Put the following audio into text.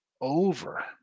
over